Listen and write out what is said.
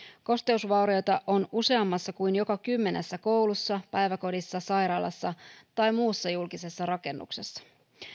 kosteusvaurioita on useammassa kuin joka kymmenennessä koulussa päiväkodissa sairaalassa tai muussa julkisessa rakennuksessa